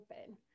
open